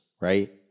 right